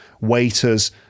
waiters